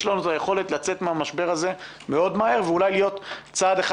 יש לנו את היכולת לצאת מהמשבר הזה מאוד מהר ואולי להיות צעד אחד